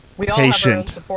Patient